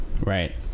right